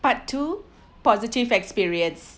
part two positive experience